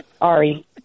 Ari